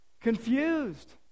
confused